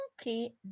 okay